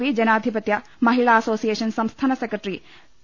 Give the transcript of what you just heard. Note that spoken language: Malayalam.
പി ജനാധിപത്യ മഹിളാ അസോസിയേഷൻ സംസ്ഥാന സെക്രട്ടറി പി